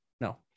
no